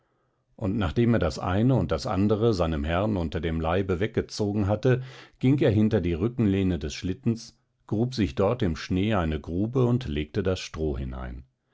und nachdem er das eine und das andere seinem herrn unter dem leibe weggezogen hatte ging er hinter die rücklehne des schlittens grub sich dort im schnee eine grube und legte das stroh hinein